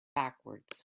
backwards